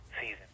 season